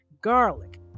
garlic